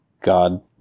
God